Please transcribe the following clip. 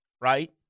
right